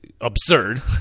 absurd